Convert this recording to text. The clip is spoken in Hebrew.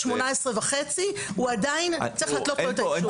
18.5 עדיין צריך להתלות לו את האישור.